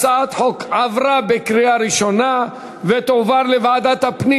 הצעת החוק עברה בקריאה ראשונה ותועבר לוועדת הפנים